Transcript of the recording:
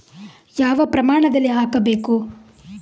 ಯಾವ ಪ್ರಮಾಣದಲ್ಲಿ ಹಾಕಬೇಕು?